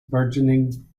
burgeoning